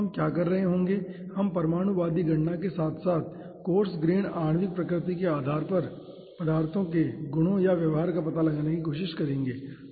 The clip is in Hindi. तो हम क्या कर रहे होंगे हम परमाणुवादी गणना के साथ साथ कोर्स ग्रेन आणविक प्रकृति के आधार पर पदार्थ के गुणों या व्यवहार का पता लगाने की कोशिश करेंगे ठीक है